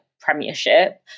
premiership